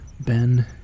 Ben